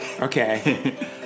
Okay